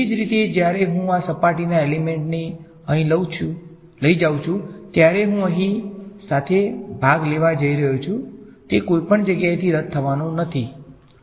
તેવી જ રીતે જ્યારે હું આ સપાટીના એલીમેંટને અહીં લઈ જાઉં છું ત્યારે હું અહીં સાથે ભાગ લેવા જઈ રહ્યો છું તે કોઈપણ જગ્યાએથી રદ થવાનો નથી